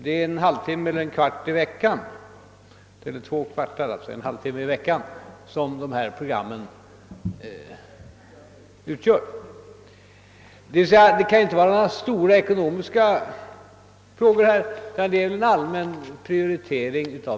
Programmen upptar en sändningstid på sammanlagt en halv timme i veckan — d.v.s. det kan inte vara några stora ekonomiska frågor det handlar om, utan det är en allmän prioritering.